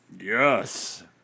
Yes